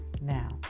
now